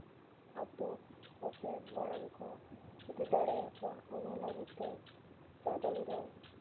ᱟᱛᱳ ᱠᱚᱥᱮᱱ ᱫᱚ ᱫᱟᱬᱟᱱ ᱠᱚ ᱤᱫᱤ ᱫᱟᱲᱮᱭᱟᱠᱚᱣᱟ ᱚᱱᱟ ᱞᱟᱹᱜᱤᱫ ᱛᱮ ᱥᱟᱫᱚᱢ ᱫᱚ